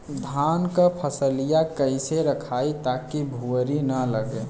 धान क फसलिया कईसे रखाई ताकि भुवरी न लगे?